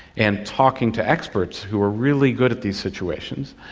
and talking to experts who were really good at these situations,